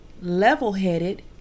level-headed